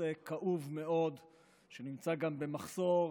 נושא כאוב מאוד ויש גם מחסור,